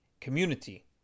community